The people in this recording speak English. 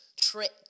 trick